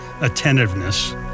attentiveness